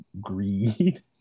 greed